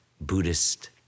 Buddhist